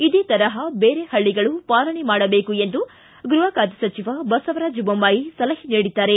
ಇದೇ ತರಹ ಬೇರೆ ಹಳ್ಳಿಗಳು ಪಾಲನೆ ಮಾಡಬೇಕು ಎಂದು ಗೃಹ ಖಾತೆ ಸಚಿವ ಬಸವರಾಜ ಬೊಮ್ಮಾಯಿ ಸಲಹೆ ನೀಡಿದ್ದಾರೆ